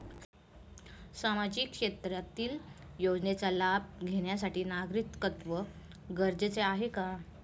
सामाजिक क्षेत्रातील योजनेचा लाभ घेण्यासाठी नागरिकत्व गरजेचे आहे का?